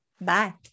Bye